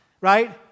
right